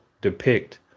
depict